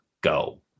go